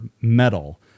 metal